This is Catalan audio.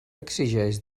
exigeix